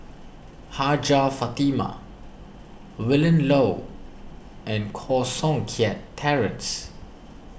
Hajjah Fatimah Willin Low and Koh Seng Kiat Terence